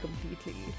completely